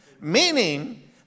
meaning